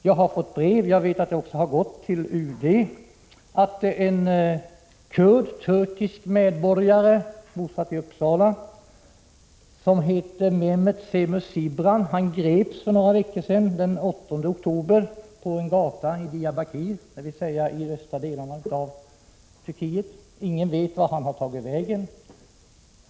Jag har fått brev — jag vet att ett liknande har gått också till UD — där man uppmärksammar en kurd som är turkisk medborgare och bosatt i Uppsala och som heter Mehmet Sehmus Cibran. Han greps för några veckor sedan, den 8 oktober, på en gata i Diyarbakir i östra delen av Turkiet. Ingen vet vart han har tagit vägen.